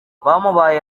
bamubaye